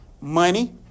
money